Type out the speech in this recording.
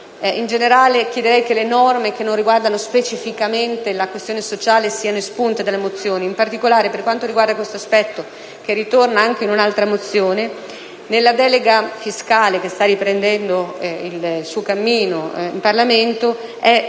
in generale, che le norme che non riguardano specificamente la questione sociale siano espunte dalle mozioni. In particolare, per quanto riguarda questo profilo - che si ritrova anche in un'altra mozione - ricordo che nella delega fiscale, che sta riprendendo il suo cammino in Parlamento, un punto